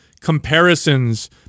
comparisons –